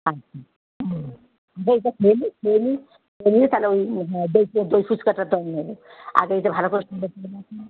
আচ্ছা হুম আগে এইটা খেয়ে নিই খেয়ে নিই খেয়ে নিই তালে ওই হ্যাঁ দইটা দই ফুচকাটা তাহলে নেবো আর ওইটা ভালো করে সুন্দর